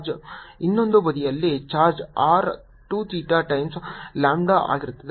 ಇನ್ನೊಂದು ಬದಿಯಲ್ಲಿ charge R 2 theta times lambda ಆಗಿರುತ್ತದೆ